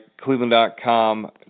Cleveland.com